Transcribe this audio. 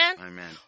Amen